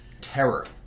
terror